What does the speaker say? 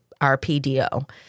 RPDO